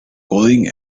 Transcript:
calling